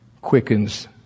quickens